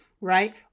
right